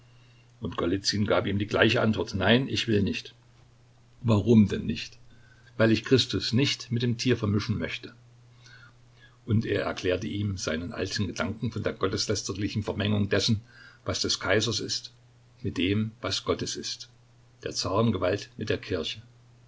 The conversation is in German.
und golizyn gab ihm die gleiche antwort nein ich will nicht warum denn nicht weil ich christus nicht mit dem tier vermischen möchte und er erklärte ihm seinen alten gedanken von der gotteslästerlichen vermengung dessen was des kaisers ist mit dem was gottes ist der zarengewalt mit der kirche